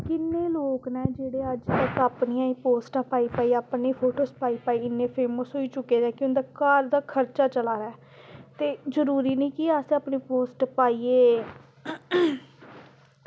किन्ने लोग न जेह्ड़े अज्ज तक्क पोस्टां पाई पाई अपनी फोटोज़ पाई पाई इन्ने फेमस होई चुके दे की उं'दे घर दा खर्चा चला दा ऐ ते जरूरी निं कि अस अपनी पोस्ट पाइयै